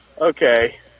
okay